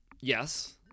Yes